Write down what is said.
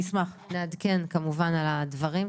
נעדכן, כמובן, על הדברים.